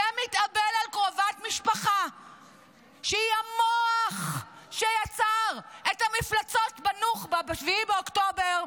ומתאבל על קרובת משפחה שהיא המוח שיצר את המפלצות בנוח'בה ב-7 באוקטובר,